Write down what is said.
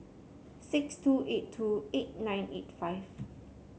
six two eight two eight nine eight five